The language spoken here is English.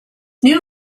new